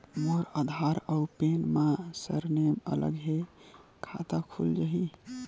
मोर आधार आऊ पैन मा सरनेम अलग हे खाता खुल जहीं?